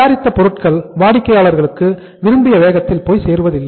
தயாரித்த பொருட்கள் வாடிக்கையாளர்களுக்கு விரும்பிய வேகத்தில் போய் சேருவதில்லை